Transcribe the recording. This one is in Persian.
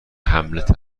هملت